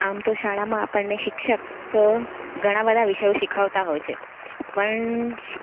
આમ તો શાળામાં આપણને શિક્ષક ક ઘણા બધા વિષયો શીખવતા હોય છે પણ છી